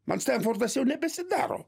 man stenfordas jau nebesidaro